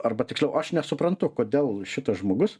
arba tiksliau aš nesuprantu kodėl šitas žmogus